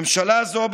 ממשלה זו,